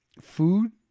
food